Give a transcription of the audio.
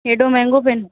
एॾो महांगो पेन